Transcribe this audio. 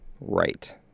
right